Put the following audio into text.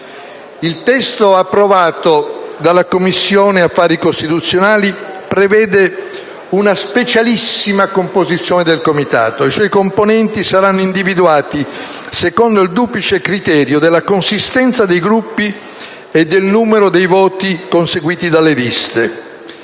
Il testo approvato dalla Commissione affari costituzionali prevede una specialissima composizione del Comitato: i suoi componenti saranno individuati secondo il duplice criterio della consistenza dei Gruppi e del numero dei voti conseguiti dalle liste.